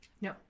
No